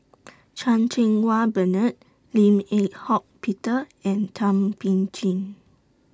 Chan Cheng Wah Bernard Lim Eng Hock Peter and Thum Ping Tjin